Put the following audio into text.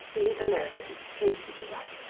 these americans refused to give up.